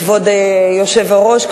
כבוד היושב-ראש,